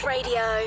Radio